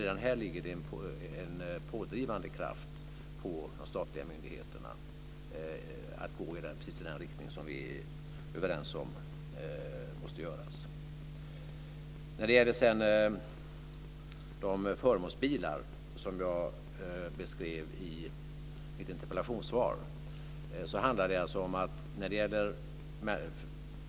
Redan här ligger det en pådrivande kraft på de statliga myndigheterna, så att de går precis i den riktning vi är överens om att man måste gå i. Sedan gäller det de förmånsbilar som jag beskrev i mitt interpellationssvar.